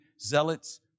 Zealots